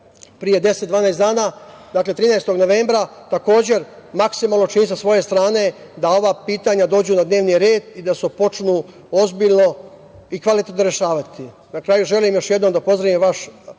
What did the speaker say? dvanaest dana, dakle, 13. novembra takođe maksimalno učiniti sa svoje strane da ova pitanja dođu na dnevni red i da se počnu ozbiljno i kvalitetno rešavati. Na kraju želim još jednom da pozdravim vaš rad